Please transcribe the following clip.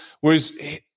Whereas